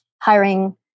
hiring